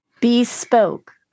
Bespoke